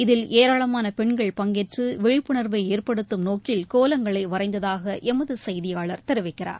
இதில் ஏராளமான பெண்கள் பங்கேற்று விழிப்புணர்வை ஏற்படுத்தும் நோக்கில் கோலங்களை வரைந்ததாக எமது செய்தியாளர் தெரிவிக்கிறார்